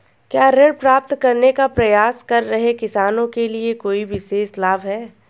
क्या ऋण प्राप्त करने का प्रयास कर रहे किसानों के लिए कोई विशेष लाभ हैं?